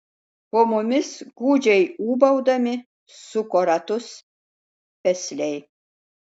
po mumis gūdžiai ūbaudami suko ratus pesliai